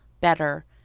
better